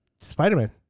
Spider-Man